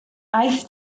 aeth